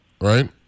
right